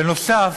בנוסף,